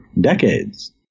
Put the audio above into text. decades